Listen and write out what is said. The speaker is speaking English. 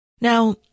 Now